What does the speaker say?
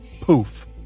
poof